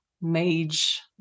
mage